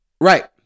Right